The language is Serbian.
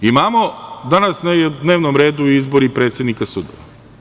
Imamo danas na dnevnom redu i izbor predsednika sudova.